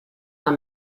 war